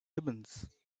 ribbons